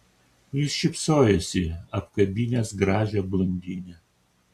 jis šypsojosi apkabinęs gražią blondinę